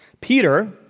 Peter